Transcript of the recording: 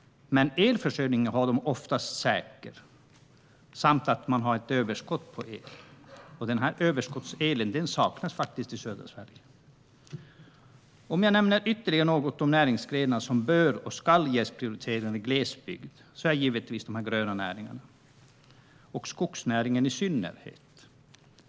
De har dock oftast säker elförsörjning, och där finns det dessutom ett överskott på el. Sådan överskottsel saknas i södra Sverige Om jag ska nämna ytterligare något om näringsgrenar som bör och ska ges prioriteringar i glesbygd bör jag givetvis ta upp de gröna näringarna, och skogsnäringen i synnerhet.